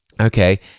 okay